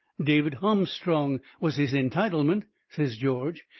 david ahmstrong was his entitlement, says george,